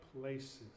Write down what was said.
places